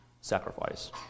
sacrifice